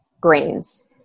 grains